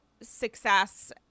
success